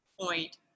point